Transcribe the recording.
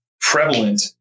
prevalent